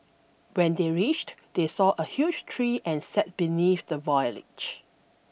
when they reached they saw a huge tree and sat beneath the foliage